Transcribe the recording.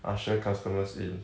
usher customers in